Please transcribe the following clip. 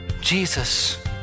Jesus